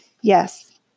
Yes